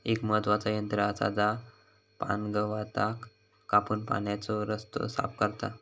एक महत्त्वाचा यंत्र आसा जा पाणगवताक कापून पाण्याचो रस्तो साफ करता